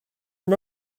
han